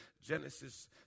Genesis